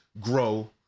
grow